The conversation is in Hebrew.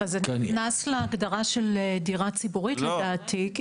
אבל, זה נכנס להגדרה של דירה ציבורית לדעתי.